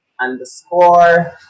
underscore